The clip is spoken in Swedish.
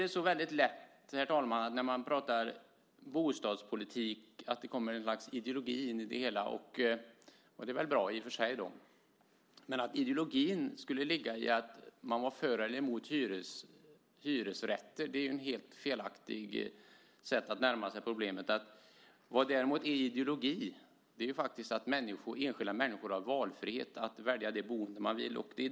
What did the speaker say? Det blir väldigt lätt när man talar bostadspolitik att det kommer något slags ideologi in i det hela. Det är i och för sig bra. Men att ideologin skulle ligga i att man var för eller emot hyresrätter är ett helt felaktigt sätt att närma sig problemet. Vad som däremot är ideologi är att enskilda människor har valfrihet att välja det boende de vill.